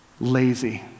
lazy